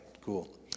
cool